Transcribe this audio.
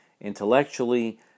intellectually